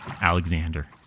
Alexander